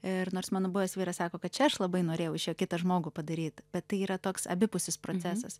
ir nors mano buvęs vyras sako kad čia aš labai norėjau iš jo kitą žmogų padaryti bet tai yra toks abipusis procesas